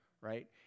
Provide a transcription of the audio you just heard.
right